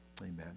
Amen